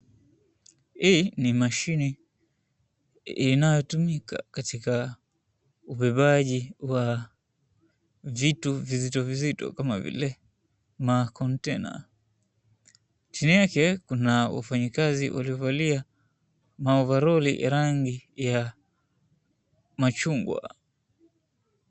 Hii ni mashini inayotumika katika ubebaji wa vitu vizito vizito kama vile ma container . Chini yake kuna wafanyikazi waliovalia maovaroli ya rangi ya machungwa.